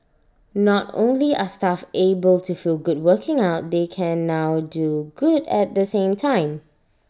not only are staff able to feel good working out they can now do good at the same time